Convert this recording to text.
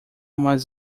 mais